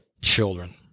children